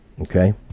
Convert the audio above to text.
okay